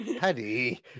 paddy